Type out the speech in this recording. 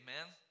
Amen